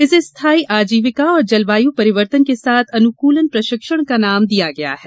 इसे स्थाई आजीविका और जलवायू परिवर्तन के साथ अनुकूलन प्रशिक्षण का नाम दिया गया है